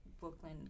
Brooklyn